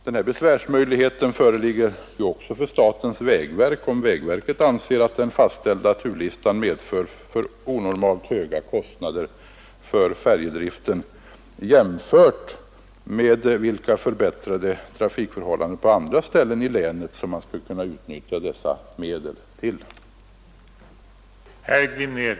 Denna besvärsmöjlighet föreligger också för statens vägverk, om vägverket anser att den fastställda turlistan medför onormalt höga kostnader för färjedriften, jämfört med de förbättrade trafikförhållanden på andra håll i länet som man skulle kunna åstadkomma med dessa medel.